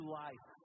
life